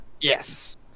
Yes